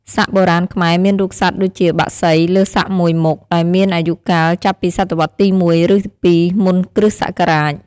សាក់បុរាណខ្មែរមានរូបសត្វដូចជា បក្សី លើសាក់មួយមុខ ដែលមានអាយុកាលចាប់ពីសតវត្សទី ១ ឬ ២ មុនគ្រិស្តសករាជ។